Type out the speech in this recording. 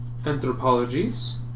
Anthropologies